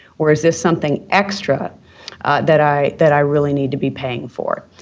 or is this something extra that i that i really need to be paying for?